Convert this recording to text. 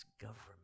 government